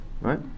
right